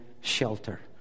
shelter